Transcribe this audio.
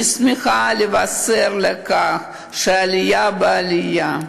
שמחה לבשר לכם שהעלייה בעלייה.